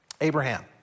Abraham